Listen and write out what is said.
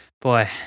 Boy